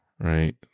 Right